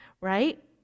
right